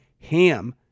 Ham